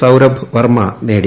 സൌരഭ് വർമ്മ നേടി